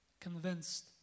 convinced